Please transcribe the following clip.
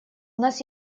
нас